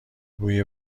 بوی